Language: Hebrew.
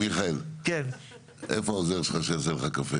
מיכאל, איפה העוזר שלך שיעשה לך קפה?